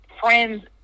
friends